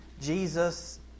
Jesus